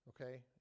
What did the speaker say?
okay